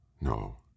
no